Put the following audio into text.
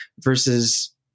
versus